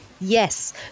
Yes